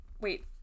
wait